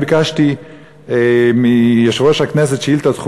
אני ביקשתי מיושב-ראש הכנסת שאילתה דחופה.